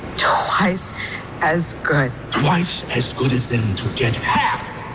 twice as good twice as good as them to get half